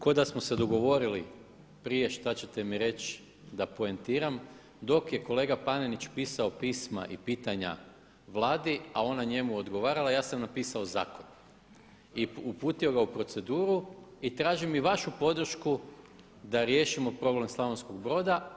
Kao da smo se dogovorili prije šta ćete mi reći da poentiram, dok je kolega Panenić pisao pisma i pitanja Vladi, a ona njemu odgovarala, ja sam napisao zakon i uputio ga u proceduru i tražim i vašu podršku da riješimo problem Slavonskog Broda.